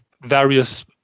various